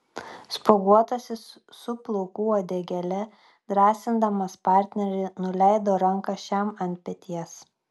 spuoguotasis su plaukų uodegėle drąsindamas partnerį nuleido ranką šiam ant peties